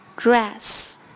Dress